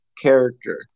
character